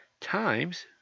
Times